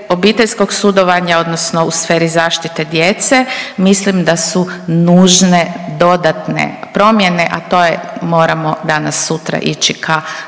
obiteljskog sudovanja odnosno u sferi zaštite djece mislim da su nužne dodatne promjene, a to je moramo danas sutra ići ka